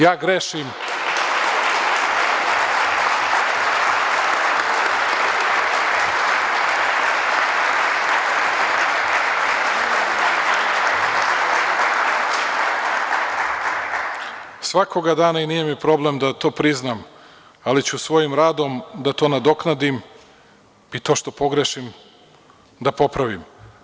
Ja grešim svakoga dana i nije mi problem da to priznam, ali ću svojim radom to da nadoknadim i to što pogrešim da popravim.